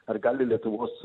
ar gali lietuvos